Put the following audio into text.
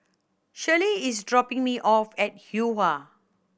Shirlie is dropping me off at Yuhua